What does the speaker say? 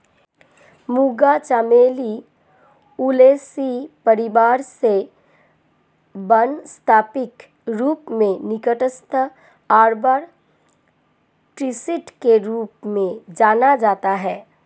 मूंगा चमेली ओलेसी परिवार से वानस्पतिक रूप से निक्टेन्थिस आर्बर ट्रिस्टिस के रूप में जाना जाता है